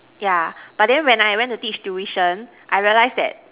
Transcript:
yeah but then when I went to teach tuition I realized that